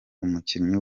umukinnyi